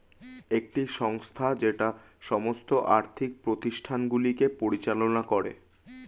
একটি সংস্থা যেটা সমস্ত আর্থিক প্রতিষ্ঠানগুলিকে পরিচালনা করে